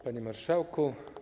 Panie Marszałku!